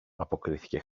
αποκρίθηκε